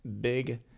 big